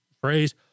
phrase